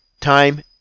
Time